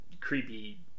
creepy